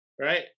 Right